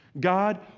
God